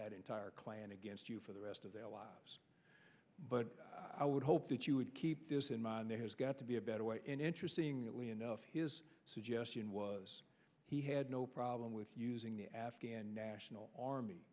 that entire clan against you for the rest of their lives but i would hope that you would keep this in mind there has got to be a better way and interestingly enough his suggestion was he had no problem with using the afghan national army